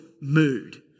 mood